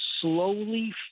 slowly